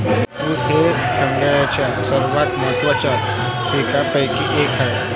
ऊस हे थायलंडच्या सर्वात महत्त्वाच्या पिकांपैकी एक आहे